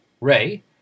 Ray